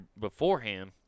beforehand